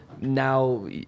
Now